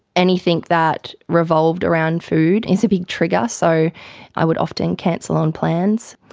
anything that revolved around food is a big trigger, so i would often cancel on plans.